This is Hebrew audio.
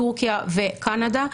תורכיה וקנדה,